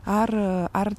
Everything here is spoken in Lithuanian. ar ar